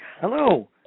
Hello